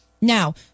Now